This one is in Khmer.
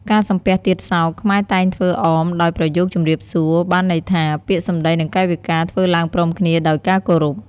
ការសំពះទៀតសោត ខ្មែរតែងធ្វើអមដោយប្រយោគជម្រាបសួរ បានន័យថា ពាក្យសម្តីនិងកាយវិការធ្វើឡើងព្រមគ្នាដោយការគោរព ។